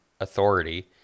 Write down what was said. authority